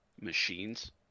machines